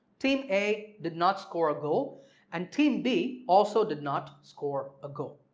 team a did not score a goal and team b also did not score a goal.